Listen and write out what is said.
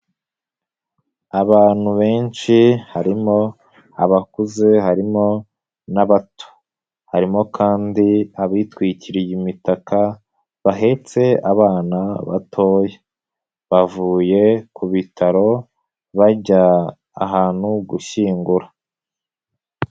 Abantu benshi harimo abakuze, harimo n'abato. Harimo kandi abitwikiriye imitaka, bahetse abana batoya. Bavuye ku bitaro, bajya ahantu gushyingura.